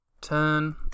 Turn